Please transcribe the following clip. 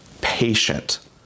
patient